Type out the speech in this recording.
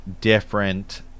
different